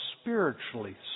spiritually